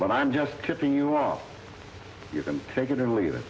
but i'm just ripping you off you can take it or leave it